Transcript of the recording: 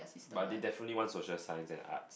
but I definitely want social science and art